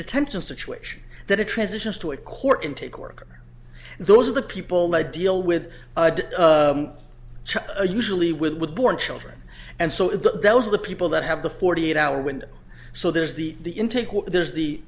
detention situation that it transitions to a court intake worker those are the people they deal with usually with born children and so those are the people that have the forty eight hour window so there's the the intake there's the